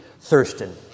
Thurston